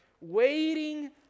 waiting